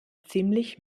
ziemlich